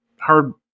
hard